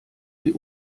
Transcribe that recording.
sie